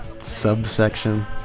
subsection